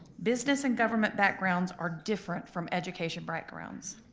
business and government backgrounds are different from education backgrounds.